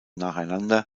nacheinander